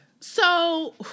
So-